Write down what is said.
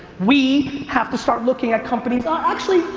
we have to start looking at companies, um actually,